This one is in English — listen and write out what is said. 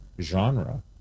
genre